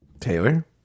Taylor